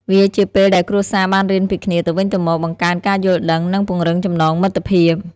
វាជាពេលដែលគ្រួសារបានរៀនពីគ្នាទៅវិញទៅមក បង្កើនការយល់ដឹង និងពង្រឹងចំណងមិត្តភាព។